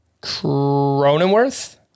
Cronenworth